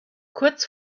kurz